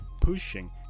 pushing